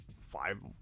five